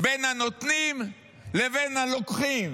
בין הנותנים לבין הלוקחים,